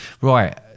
right